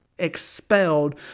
expelled